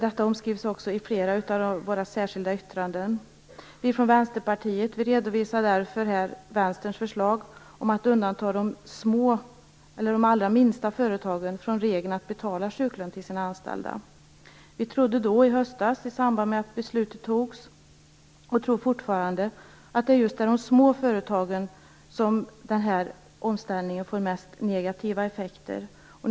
Detta omskrivs också i flera särskilda yttranden. Vi från Vänsterpartiet redovisar därför här vänsterns förslag om att undanta de allra minsta företagen från regeln att betala sjuklön till sina anställda. Vi trodde i höstas i samband med att beslutet fattades, och vi tror fortfarande, att omställningen får mest negativa effekter just för de små företagen.